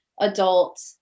adult